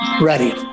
ready